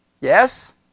Yes